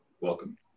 Welcome